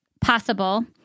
possible